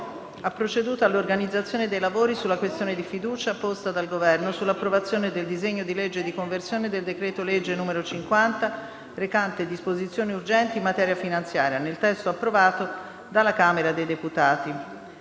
recante disposizioni urgenti in materia finanziaria, nel testo approvato dalla Camera dei deputati. Per la discussione sulla fiducia, che avrà luogo questa sera, è stata ripartita un'ora e cinque minuti, in base a specifiche richieste dei Gruppi.